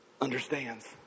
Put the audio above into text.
understands